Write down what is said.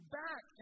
back